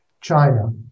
China